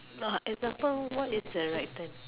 no it doesn't what is the right thing